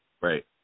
Right